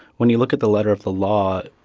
when you look at the letter of the law,